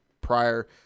prior